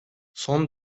son